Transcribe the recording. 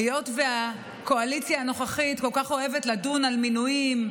היות שהקואליציה הנוכחית כל כך אוהבת לדון על מינויים,